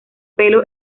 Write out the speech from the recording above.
pelo